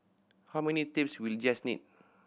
how many tapes will Jess need